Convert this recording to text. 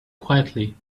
quietly